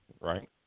right